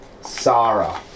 Sarah